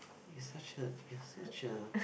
he such a he such a